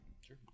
Sure